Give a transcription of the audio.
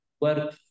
work